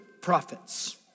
prophets